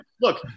Look